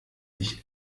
sich